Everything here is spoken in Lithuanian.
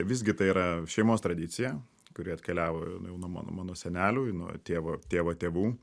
visgi tai yra šeimos tradicija kuri atkeliavo jau nuo mano senelių nuo tėvo tėvo tėvų